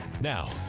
Now